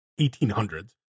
1800s